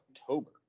October